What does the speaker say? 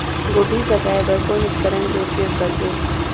गोभी जगाय बर कौन उपकरण के उपयोग करबो?